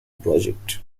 project